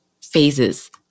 phases